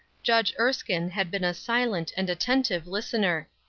judge erskine had been a silent and attentive listener.